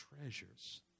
treasures